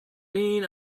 mean